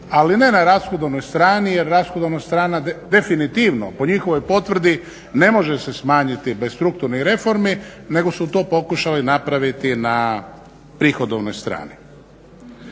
ali ne na rashodovnoj strani jer rashodovna strana definitivno po njihovoj potvrdi ne može se smanjiti bez strukturnih reformi nego su to pokušali napraviti na prihodovnoj strani.